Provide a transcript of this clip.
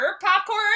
popcorn